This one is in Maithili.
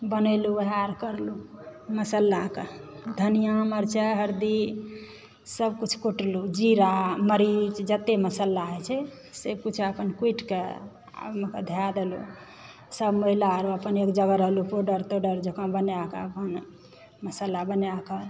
बनेलहुँ वएह अर करलु मसालाके धनिआ मरचाइ हरदिसभ किछु कूटलहुँ जीरा मरीच जतए मसाला होइत छै सभ किछु अपन कुटिके आ ओहिमे कऽ धय देलहुँ सभ महिला आर अपन एक जगह रहलहुँ पाउडर ताउडर जकाँ बनाके अपन मसाला बनाके